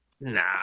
Nah